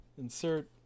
insert